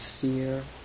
fear